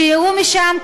שיירו משם "קטיושות"